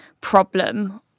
problem